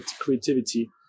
creativity